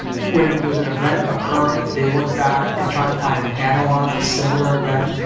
when there's an event occurring, they look back and try to find an analog, a similar event.